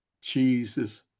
Jesus